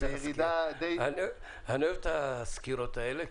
אני אוהב את הסקירות האלה.